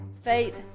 Faith